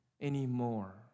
anymore